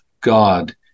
God